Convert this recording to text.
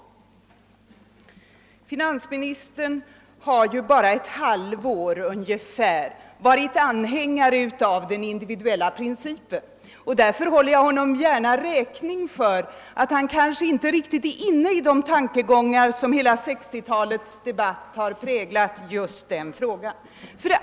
Finansministern har ju bara ungefär ett halvår varit anhängare av den individuella principen, och därför håller jag honom gärna räkning för att han kanske inte riktigt är inne i de tankegångar, som under hela 1960-talets debatt har präglat diskussionen i just den frågan.